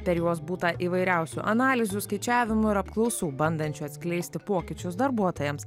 per juos būta įvairiausių analizių skaičiavimų ir apklausų bandančių atskleisti pokyčius darbuotojams